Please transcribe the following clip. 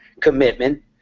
commitment